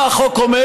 מה החוק אומר?